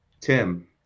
Tim